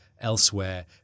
elsewhere